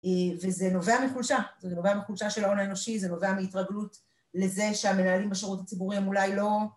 וזה נובע מחולשה, זה נובע מחולשה של ההון האנושי, זה נובע מהתרגלות לזה שהמנהלים בשירות הציבורי הם אולי לא...